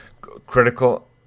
critical